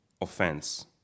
offense